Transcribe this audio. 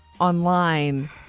online